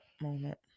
moment